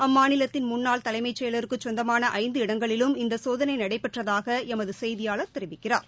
அம்மாநிலத்தின் முன்னாள் தலைமை செயலருக்குச் சொந்தமான ஐந்து இடங்களிலும் இஇந்த சோதனை நடைபெற்றதாக எமது செய்தியாளர் தெரிவிக்கிறார்